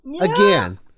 again